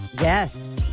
yes